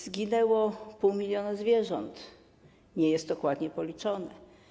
Zginęło pół miliona zwierząt, nie zostało to dokładnie policzone.